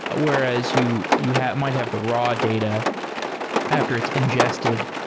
whereas you you have might have the raw data after it's ingested,